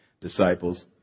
disciples